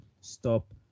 stop